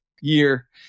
year